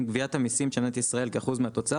גביית המיסים של מדינת ישראל באחוז מהתוצר,